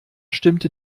stimmte